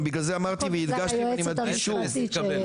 אני בגלל זה אמרתי והדגשתי ואני מדגיש שוב,